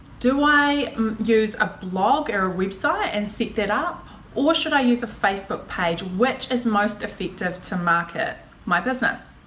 do i use a blog or website and set that up or should i use a facebook page? which is most effective to market my business?